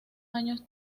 años